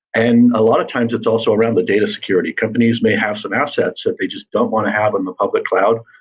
and a lot of times, it's also around the data security. companies may have some assets that they just don't want to have on the public cloud.